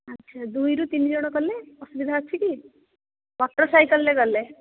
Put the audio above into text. ଆଚ୍ଛା ଦୁଇରୁ ତିନି ଜଣ ଗଲେ ଅସୁବିଧା ଅଛି କି ମଟର୍ ସାଇକେଲ୍ରେ ଗଲେ